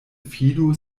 fidu